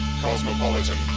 cosmopolitan